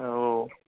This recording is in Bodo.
औ